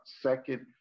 second